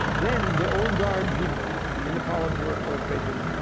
then the old guard people in the politburo and other places,